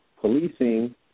policing